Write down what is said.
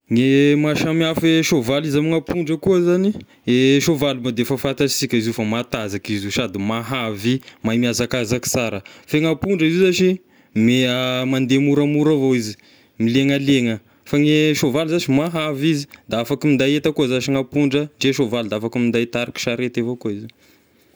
Ny maha samy hafa e soavaly izy ame gn'ampondra koa zagny e saovaly moa de efa fantatrisika izy io fa matanzaky izy io sady mahavy, mahay mihazakazaky sara, fa e gn'ampondra izy io zashy mi- mandeha moramora avao izy, milegnalegna fa ny soavaly zashy mahavy izy, da afaky minday enta koa zashy gn'ampondra, ndre soavaly da afaky minday mitarika sarety avao koa izy.